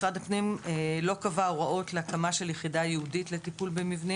משרד הפנים לא קבע הוראות להקמה על יחידה ייעודית לטיפול במבנים